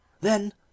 Then